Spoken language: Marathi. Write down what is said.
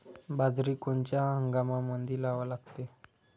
बाजरी कोनच्या हंगामामंदी लावा लागते?